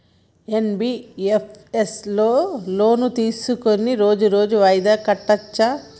NBFS లో loan తీస్కొని రోజు రోజు వాయిదా కట్టచ్ఛా?